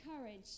courage